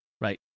Right